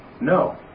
No